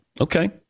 Okay